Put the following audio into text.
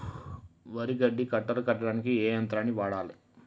వరి గడ్డి కట్టలు కట్టడానికి ఏ యంత్రాన్ని వాడాలే?